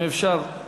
אם אפשר.